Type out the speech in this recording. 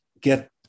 get